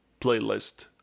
playlist